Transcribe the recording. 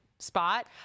spot